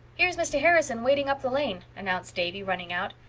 here's mr. harrison wading up the lane, announced davy, running out.